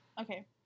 Okay